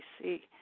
see